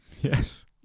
Yes